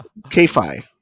KFI